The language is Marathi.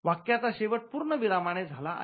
वाक्याचा शेवट पूर्ण विरामाने झाला आहे